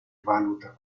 valuta